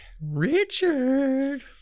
Richard